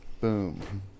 Boom